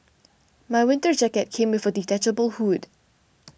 my winter jacket came with a detachable hood